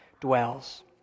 dwells